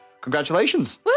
congratulations